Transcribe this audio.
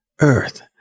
Earth